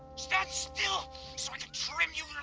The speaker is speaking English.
stand still so i can trim you